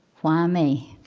why me?